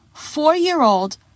four-year-old